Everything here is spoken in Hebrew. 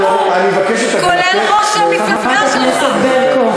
אנחנו, אני מבקש את הגנתך מפני חברת הכנסת ברקו.